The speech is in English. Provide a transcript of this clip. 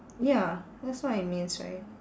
ya that's what it means right